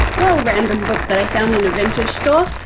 well random book that i found in a vintage store,